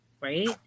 right